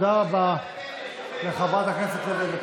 תודה רבה לחברת הכנסת לוי אבקסיס.